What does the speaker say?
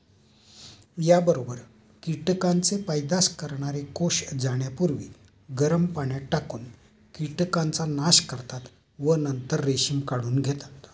याबरोबर कीटकांचे पैदास करणारे कोष जाण्यापूर्वी गरम पाण्यात टाकून कीटकांचा नाश करतात व नंतर रेशीम काढून घेतात